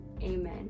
amen